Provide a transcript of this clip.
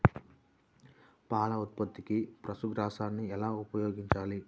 పాల ఉత్పత్తికి పశుగ్రాసాన్ని ఎలా ఉపయోగించాలి?